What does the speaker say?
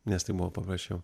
nes tai buvo paprasčiau